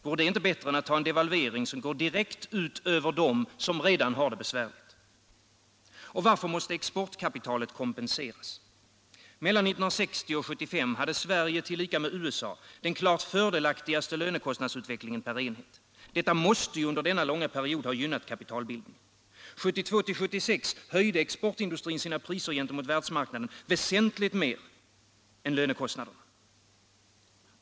Vore det inte bättre än devalvering, som går direkt ut över dem som redan har det besvärligt? Och varför måste exportkapitalet kompenseras? Mellan 1960 och 1975 hade Sverige tillika med USA den klart fördelaktigaste lönekostnadsutvecklingen per enhet. Detta måste ha gynnat kapitalbildningen under denna långa period. Åren 1972-1976 höjde den svenska exportindustrin sina priser gentemot världsmarknaden väsentligt mer än lönekostnaderna.